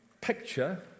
picture